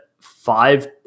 five